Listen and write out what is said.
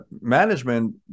management